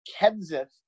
Kenseth